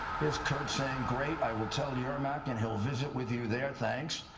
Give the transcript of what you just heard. here's kurt saying, great. i will tell yermak, and he'll visit with you there. thanks.